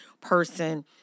person